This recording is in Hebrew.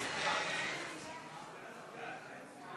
הצעת חוק ההוצאה